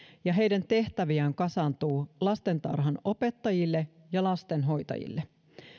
ja heidän tehtäviään kasaantuu lastentarhanopettajille ja lastenhoitajille